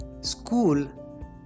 school